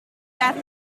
got